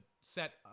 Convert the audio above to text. set